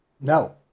No